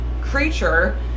creature